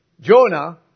Jonah